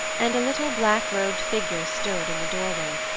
and a little black-robed figure stood in the doorway.